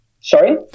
Sorry